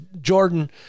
jordan